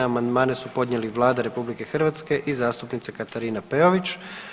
Amandmane su podnijeli Vlada RH i zastupnica Katarine Peović.